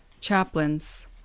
Chaplains